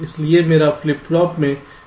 इसलिए मेरे flip flop में यह स्थिति है